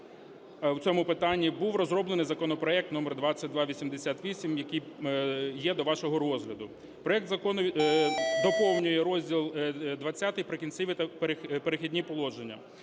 в цьому питанні, був розроблений законопроект номер 2288, який є до вашого розгляду. Проект закону доповнює розділ ХХ "Прикінцеві та Перехідні положення".